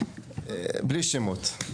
בלי שמות.